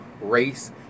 race